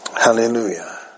Hallelujah